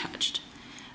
touched